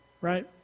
Right